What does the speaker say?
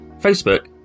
Facebook